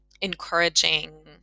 encouraging